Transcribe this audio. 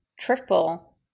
triple